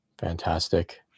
fantastic